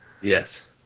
Yes